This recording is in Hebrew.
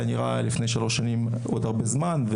לפני שלוש שנים זה היה נראה עוד הרבה זמן.